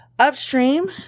Upstream